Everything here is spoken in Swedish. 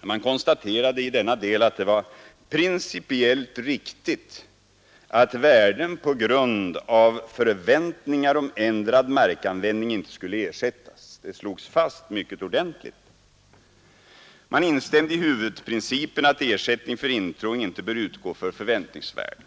Man konstaterade i denna del att det var principiellt riktigt att värden på grund av förväntningar om ändrad markanvändning inte skulle ersättas. Det slogs fast mycket ordentligt. Man instämde i huvudprinciperna att ersättning för intrång inte bör utgå för förväntningsvärden.